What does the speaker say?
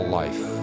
life